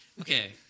okay